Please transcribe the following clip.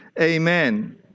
Amen